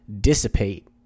dissipate